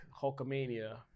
Hulkamania